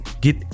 get